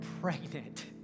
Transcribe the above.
pregnant